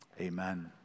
Amen